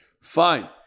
Fine